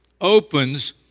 opens